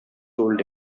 told